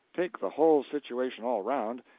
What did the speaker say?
take the whole situation all around,